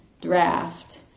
draft